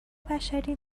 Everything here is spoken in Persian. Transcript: بشری